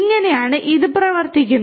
ഇങ്ങനെയാണ് ഇത് പ്രവർത്തിക്കുന്നത്